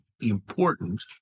important